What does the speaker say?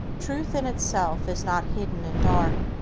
truth in itself is not hidden and dark.